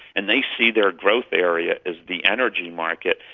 and they see their growth area as the energy market,